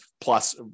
plus